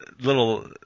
little